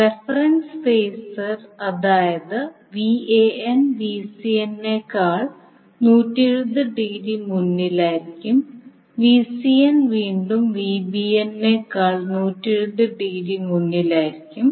reference phasor അതായത് Van Vcn നെ നേക്കാൾ 120 ഡിഗ്രി മുന്നിലായിരിക്കും Vcn വീണ്ടും bcn നേക്കാൾ 120 ഡിഗ്രി മുന്നിലായിരിക്കും